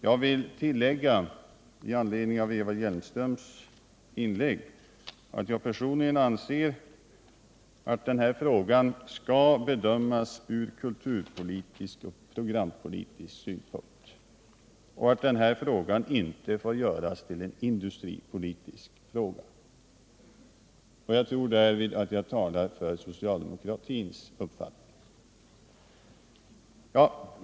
Jag vill tillägga i anledning av Eva Hjelmströms inlägg att jag personligen anser att den här frågan skall bedömas ur kulturpolitisk och programpolitisk synpunkt och att den inte får göras till en industripolitisk fråga. Jag tror därvid att jag talar för socialdemokratins uppfattning.